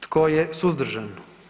Tko je suzdržan?